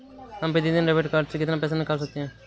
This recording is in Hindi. हम प्रतिदिन डेबिट कार्ड से कितना पैसा निकाल सकते हैं?